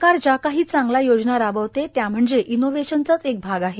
सरकार ज्या काही चांगल्या योजना राबविते त्या म्हणजे इनोव्हेशनचाच एक भाग आहे